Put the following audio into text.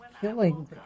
killing